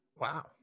Wow